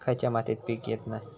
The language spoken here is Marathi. खयच्या मातीत पीक येत नाय?